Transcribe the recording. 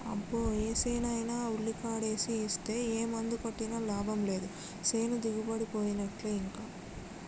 అబ్బో ఏసేనైనా ఉల్లికాడేసి ఇస్తే ఏ మందు కొట్టినా లాభం లేదు సేను దిగుబడిపోయినట్టే ఇంకా